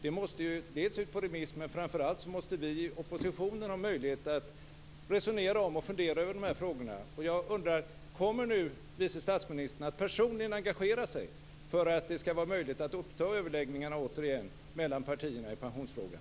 Det måste ju ut på remiss, och framför allt måste vi i oppositionen ha möjlighet att resonera om och fundera över de här frågorna. Jag undrar: Kommer nu vice statsministern att personligen engagera sig för att det skall bli möjligt att återuppta överläggningarna mellan partierna i pensionsfrågan?